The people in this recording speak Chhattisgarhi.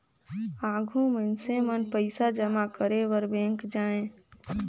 आघु मइनसे मन पइसा जमा करे बर बेंक जाएं